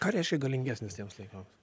ką reiškia galingesnis tiems laikams